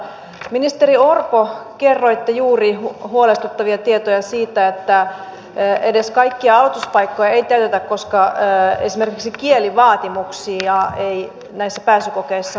ministeri orpo kerroitte juuri huolestuttavia tietoja siitä että edes kaikkia aloituspaikkoja ei täytetä koska esimerkiksi kielivaatimuksia ei näissä pääsykokeissa hallita